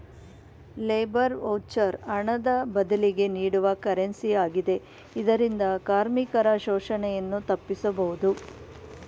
labour voucher ಹಣದ ಬದಲಿಗೆ ನೀಡುವ ಕರೆನ್ಸಿ ಆಗಿದೆ ಇದರಿಂದ ಕಾರ್ಮಿಕರ ಶೋಷಣೆಯನ್ನು ತಪ್ಪಿಸಬಹುದು